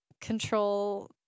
control